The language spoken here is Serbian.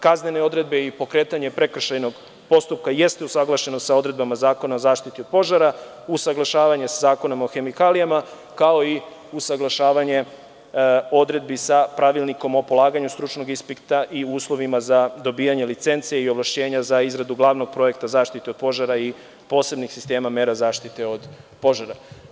Kaznene odredbe i pokretanje prekršajnog postupka jeste usaglašeno sa odredbama Zakona o zaštiti od požara, usaglašavanje sa Zakonom o hemikalijama, kao i usaglašavanje odredbi sa Pravilnikom o polaganju stručnog ispita i uslovima za dobijanje licence i ovlašćenja za izradu glavnog projekta zaštite od požara i posebnih sistema mera zaštite od požara.